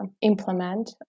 implement